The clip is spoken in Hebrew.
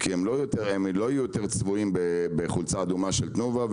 כי הם לא יהיו צבועים יותר עם חולצה אדומה של תנובה,